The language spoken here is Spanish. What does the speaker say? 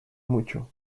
mucho